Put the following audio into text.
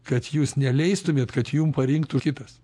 kad jūs neleistumėt kad jum parinktų kitas